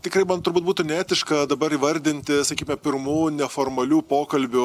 tikrai man turbūt būtų neetiška dabar įvardinti sakykime pirmų neformalių pokalbių